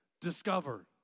discover